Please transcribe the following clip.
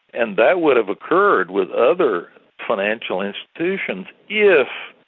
and that would have occurred with other financial institutions if,